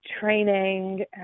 training